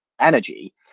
energy